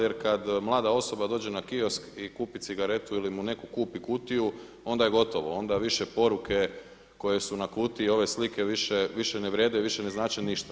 Jer kad mlada osoba dođe na kiosk i kupi cigaretu ili mu netko kupi kutiju onda je gotovo, onda više poruke koje su na kutiji i ove slike više ne vrijede, više ne znače ništa.